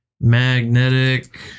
Magnetic